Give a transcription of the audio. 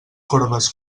corbes